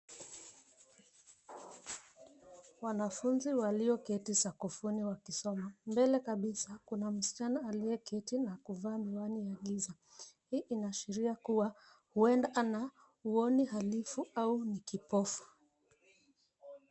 Wanfunzi walioketi sakafuni wakisoma. Mbele kabisa kuna msichana aliyeketi na kuvaa miwani ya giza. Hii inaashiria kuwa huenda ana uoni halifu au ni kipofu.